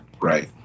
Right